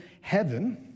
heaven